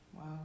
Wow